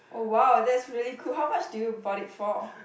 oh wow that's really cool how much do you bought it for